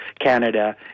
Canada